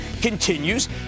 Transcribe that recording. continues